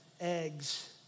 eggs